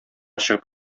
чыгып